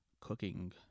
cooking